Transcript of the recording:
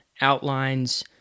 outlines